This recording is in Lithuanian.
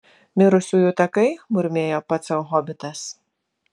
mirusiųjų takai murmėjo pats sau hobitas